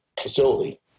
facility